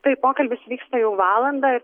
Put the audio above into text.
taip pokalbis vyksta jau valandą